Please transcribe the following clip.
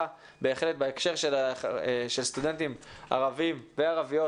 בהחלט בהקשר של סטודנטים ערבים וערביות,